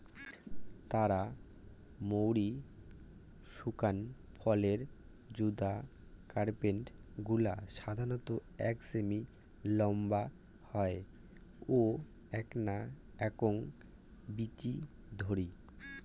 তারা মৌরি শুকান ফলের যুদা কার্পেল গুলা সাধারণত এক সেমি নম্বা হয় ও এ্যাকনা একক বীচি ধরি